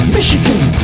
Michigan